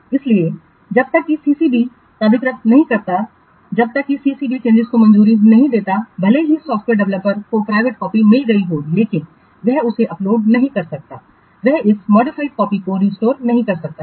इसलिए जब तक कि CCB प्राधिकृत नहीं करता जब तक कि CCB चेंजिंसों को मंजूरी नहीं देता भले ही सॉफ्टवेयर डेवलपर को प्राइवेट कॉपी मिल गई हो लेकिन वह इसे अपलोड नहीं कर सकता है वह इस मॉडिफाइड कॉपी को रिस्टोर नहीं कर सकता है